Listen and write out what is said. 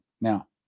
Now